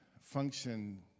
function